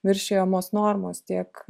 viršijamos normos tiek